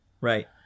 right